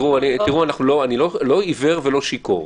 אני לא עיוור ולא שיכור.